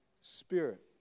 spirit